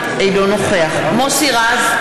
אינו נוכח מוסי רז,